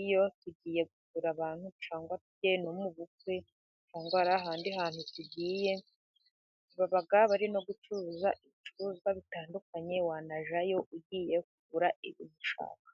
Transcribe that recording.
iyo tugiye gusura abantu, cyangwa tugiye mu bukwe, cyangwahari ahandi hantu tugiye, baba bari no gucuruza ibicuruzwa bitandukanye wanajyayo ugiye kugura ibintu ushaka.